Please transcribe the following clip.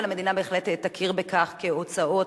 אבל המדינה בהחלט תכיר בכך כהוצאות